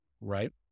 Right